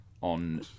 on